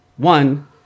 One